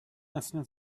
اصلا